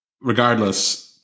regardless